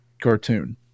cartoon